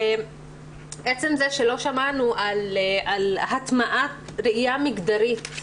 עצם זה שלא שמענו על הטמעת ראייה מגדרית,